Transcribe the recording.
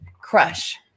crush